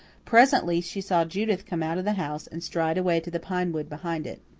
presently she saw judith come out of the house and stride away to the pine wood behind it.